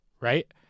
Right